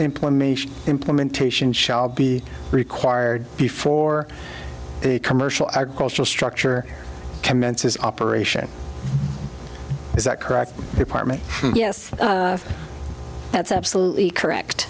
implementation implementation shall be required before the commercial our cultural structure commences operation is that correct department yes that's absolutely correct